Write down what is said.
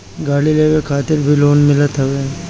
गाड़ी लेवे खातिर भी लोन मिलत हवे